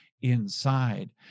inside